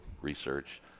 research